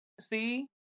See